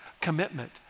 Commitment